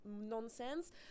nonsense